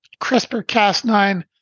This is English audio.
CRISPR-Cas9